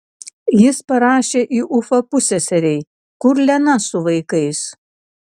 jis parašė į ufą pusseserei kur lena su vaikais